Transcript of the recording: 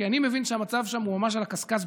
כי אני מבין שהמצב שם הוא ממש על הקשקש,